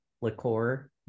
liqueur